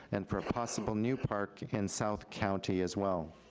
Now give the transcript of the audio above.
and for a possible new park in south county as well.